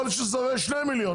יכול להיות שזה עולה שני מיליון,